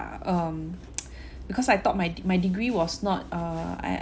um because I thought my de~ my degree was not err